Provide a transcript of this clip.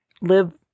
live